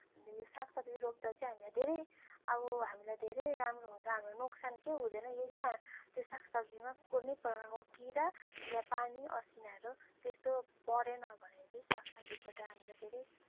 अन्त यो सागसब्जी रोप्दा चाहिँ हामीलाई धेरै अब हामीलाई धेरै राम्रो हुन्छ हाम्रो नोक्सान केही हुँदैन यदि हाम्रो त्यो सागसब्जीमा कुनै प्रकारको किरा या पानी असिनाहरू त्यस्तो परेन भने चाहिँ सागसब्जीबाट हामीले धेरै